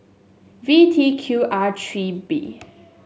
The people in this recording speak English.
V T Q R three B